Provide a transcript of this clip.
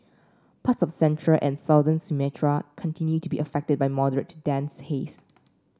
parts of central and southern Sumatra continue to be affected by moderate to dense haze